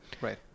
Right